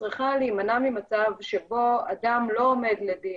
צריכה להימנע ממצב שבו אדם לא עומד לדין,